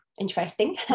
interesting